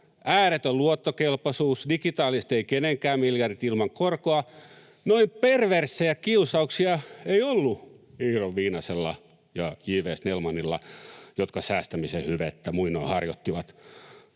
ääretön luottokelpoisuus, digitaaliset ei-kenenkään miljardit ilman korkoa — noin perverssejä kiusauksia ei ollut Iiro Viinasella ja J. V. Snellmanilla, jotka säästämisen hyvettä muinoin harjoittivat.